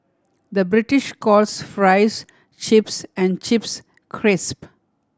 the British calls fries chips and chips crisp